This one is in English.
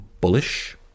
bullish